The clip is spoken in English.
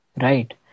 Right